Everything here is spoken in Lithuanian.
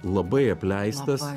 labai apleistas